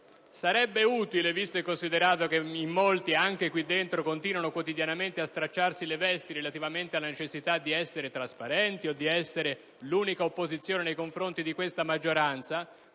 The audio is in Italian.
Sarebbe utile, visto e considerato che in molti, anche qui dentro, continuano quotidianamente a stracciarsi le vesti relativamente alla necessità di essere trasparenti o di essere l'unica opposizione nei confronti di questa maggioranza,